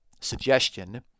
suggestion